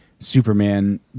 superman